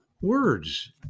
words